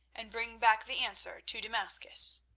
and bring back the answer to damascus.